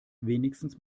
wenigstens